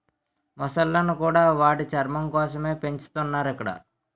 మొసళ్ళను కూడా వాటి చర్మం కోసమే పెంచుతున్నారు ఇక్కడ